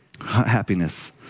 Happiness